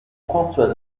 françois